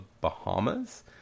Bahamas